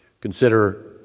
Consider